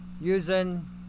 using